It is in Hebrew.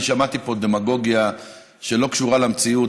אני שמעתי פה דמגוגיה שלא קשורה למציאות,